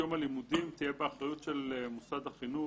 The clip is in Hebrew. יום הלימודים תהיה באחריות של מוסד החינוך,